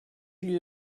die